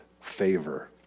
favor